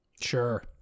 sure